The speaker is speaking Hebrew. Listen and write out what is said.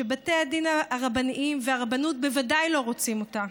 ובתי הדין הרבניים והרבנות ודאי שלא רוצים אותה.